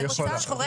נכון, היא יכולה.